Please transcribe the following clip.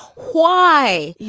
why?